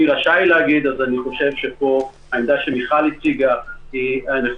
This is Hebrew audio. מי רשאי להגיד אני סבור שהעמדה שמיכל אלבז הציגה נכונה,